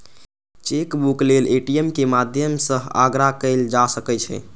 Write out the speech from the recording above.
chequebook लेल ATM के माध्यम सं आग्रह कैल जा सकै छै